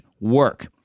work